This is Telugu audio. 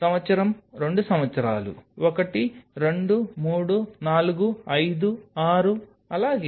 సంవత్సరం రెండు సంవత్సరాలు ఒకటి రెండు మూడు నాలుగు ఐదు ఆరు అలాగే